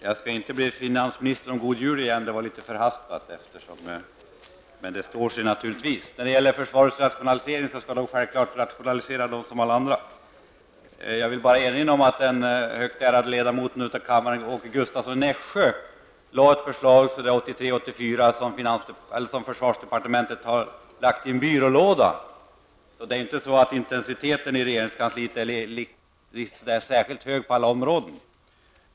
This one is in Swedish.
Fru talman! Min önskan om god jul till finansministern var litet förhastad, men den står sig naturligtvis. Försvaret skall självfallet rationalisera precis som alla andra. Jag vill bara erinra om att den högt värderade ledamoten i kammaren och Åke Gustavsson i Nässjö lade fram ett förslag 1983/84, som man i försvarsdepartementet har lagt i någon byrålåda. Det är inte så att intensiteten i regeringskansliet är särskilt hög på alla områden.